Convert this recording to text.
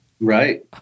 right